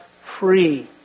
free